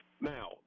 Now